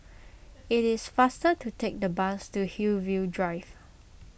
it is faster to take the bus to Hillview Drive